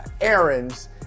errands